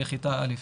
בכיתה א'.